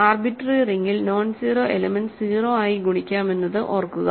arbitrary റിങ്ങിൽ nonzero elements 0 ആയി ഗുണിക്കാമെന്നത് ഓർക്കുക